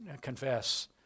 confess